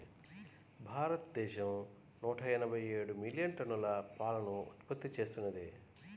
భారతదేశం నూట ఎనభై ఏడు మిలియన్ టన్నుల పాలను ఉత్పత్తి చేస్తున్నది